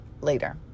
later